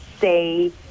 say